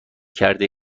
کرده